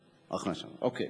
אחרי זה, אוקיי.